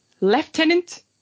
Lieutenant